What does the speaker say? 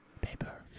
Paper